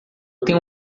tenho